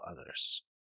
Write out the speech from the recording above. others